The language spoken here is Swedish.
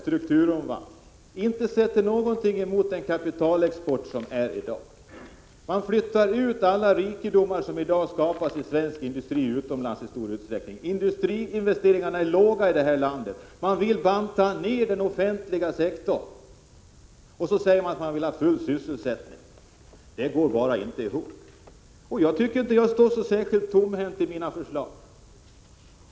1986/87:94 strukturomvandling, och man sätter inte någonting emot den kapitalexport 25 mars 1987 som förekommer i dag; man tillåter att rikedomar som i dag skapas i svensk industri flyttas utomlands i stor utsträckning. Industriinvesteringarna är låga i det här landet. Man vill banta ned den offentliga sektorn. Och så säger man att man vill ha full sysselsättning. Det går bara inte ihop. Jag tycker inte att jag står särskilt tomhänt när det gäller mina förslag.